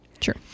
Sure